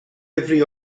every